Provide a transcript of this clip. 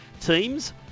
teams